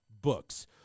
books